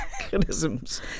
mechanisms